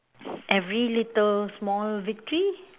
every little small victory